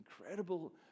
incredible